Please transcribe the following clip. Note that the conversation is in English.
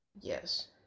Yes